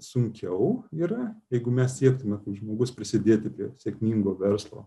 sunkiau yra jeigu mes siektume kaip žmogus prisidėti prie sėkmingo verslo